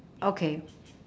okay